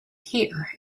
here